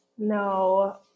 No